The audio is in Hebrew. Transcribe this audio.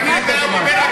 אני רוצה את הזמן.